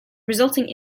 resulting